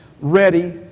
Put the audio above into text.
ready